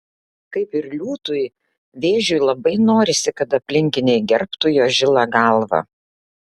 kaip ir liūtui vėžiui labai norisi kad aplinkiniai gerbtų jo žilą galvą